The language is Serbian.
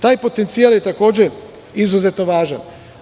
Taj potencijal je takođe izuzetno važan.